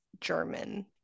German